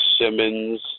Simmons